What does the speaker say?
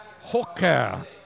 Hooker